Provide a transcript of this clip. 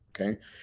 Okay